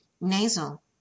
nasal